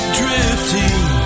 drifting